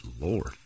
Lord